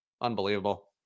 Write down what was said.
Unbelievable